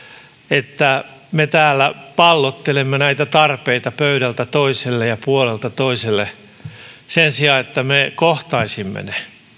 että me täällä pallottelemme näitä tarpeita pöydältä toiselle ja puolelta toiselle sen sijaan että me kohtaisimme ne